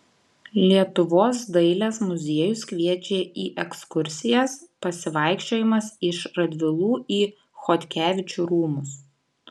lietuvos dailės muziejus kviečia į ekskursijas pasivaikščiojimas iš radvilų į chodkevičių rūmus